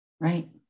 Right